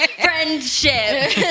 friendship